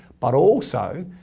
but also,